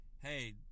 hey